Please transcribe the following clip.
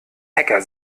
hacker